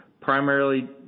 primarily